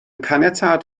caniatâd